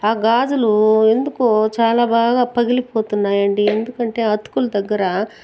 ఆ గాజులు ఎందుకో చాలా బాగా పగిలిపోతున్నాయండి ఎందుకంటే అతుకుల దగ్గర